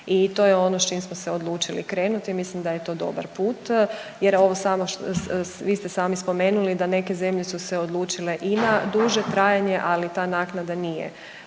i to je ono s čim smo se odlučili krenuti, mislim da je to dobar put jer ovo samo, vi ste sami spomenuli da neke zemlje su se odlučile i na duže trajanja, ali ta naknada nije